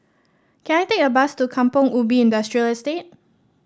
can I take a bus to Kampong Ubi Industrial Estate